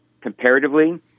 comparatively